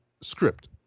script